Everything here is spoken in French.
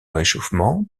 réchauffement